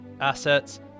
assets